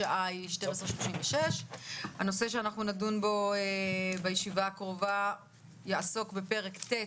השעה היא 12:36. הנושא שאנחנו נדון בו בישיבה הקרובה יעסוק בפרק ט'